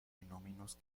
fenómenos